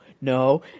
no